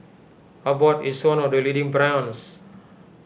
Abbott is one of the leading brands